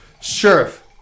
Sheriff